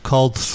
Called